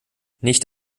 nicht